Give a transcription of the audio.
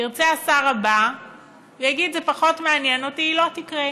ירצה השר הבא ויגיד: "זה פחות מעניין אותי" היא לא תקרה.